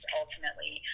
ultimately